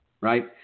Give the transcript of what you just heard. Right